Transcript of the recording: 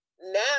now